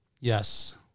Yes